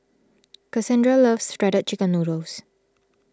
Cassondra loves Shredded Chicken Noodles